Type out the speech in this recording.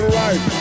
right